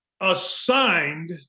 assigned